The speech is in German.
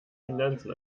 finanzen